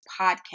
podcast